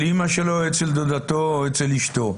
אמא שלו או אצל דודתו או אצל אשתו.